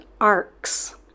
arcs